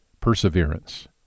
perseverance